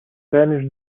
banish